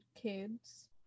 kids